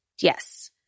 Yes